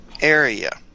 area